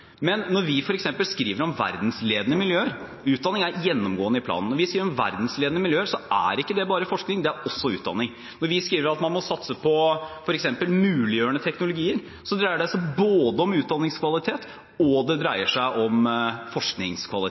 Men når vi f.eks. skriver om «verdensledende miljøer» – utdanning er gjennomgående i planen – er ikke det bare forskning, det er også utdanning. Når vi skriver at man må satse på f.eks. «muliggjørende teknologier», dreier det seg både om utdanningskvalitet og om forskningskvalitet og mer forskning. Så stemmer det